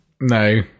No